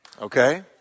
Okay